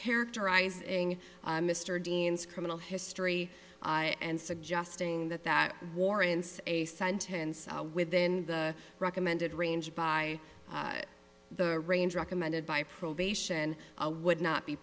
characterizing mr deane's criminal history and suggesting that that warrants a sentence within the recommended range by the range recommended by probation a would not be